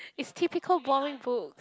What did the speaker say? is typical boring books